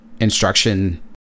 instruction